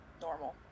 normal